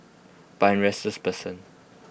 but I'm restless person